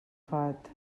fat